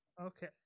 Okay